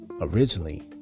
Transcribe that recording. originally